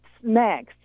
snacks